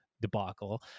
debacle